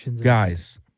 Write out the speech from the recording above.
guys